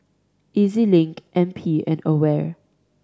E Z Link N P and AWARE